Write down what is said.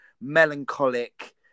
melancholic